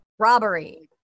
robbery